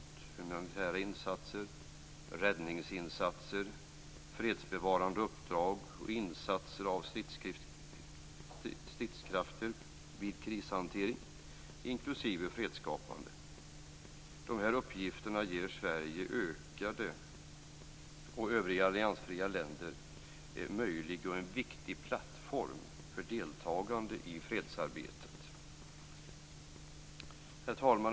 Uppgifterna gäller humanitära insatser, räddningsinsatser, fredsbevarande uppdrag och insatser av stridskrafter vid krishantering, inklusive fredsskapande. De här uppgifterna ger Sverige och övriga alliansfria länder en möjlig och en viktig plattform för deltagande i fredsarbetet. Herr talman!